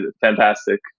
fantastic